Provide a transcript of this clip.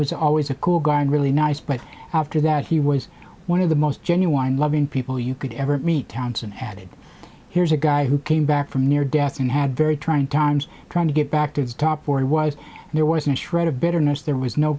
was always a cool guy and really nice but after that he was one of the most genuine loving people you could ever meet townson added here's a guy who came back from near death and had very trying times trying to get back to the top where he was there was a shred of bitterness there was no